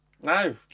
No